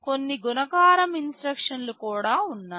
కొన్ని గుణకారం ఇన్స్ట్రక్షన్ లు కూడా ఉన్నాయి